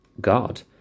God